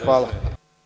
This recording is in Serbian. Hvala.